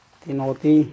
tinoti